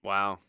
Wow